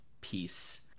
peace